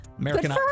American